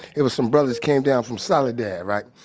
it was some brothers came down from solitary, right.